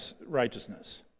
righteousness